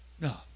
No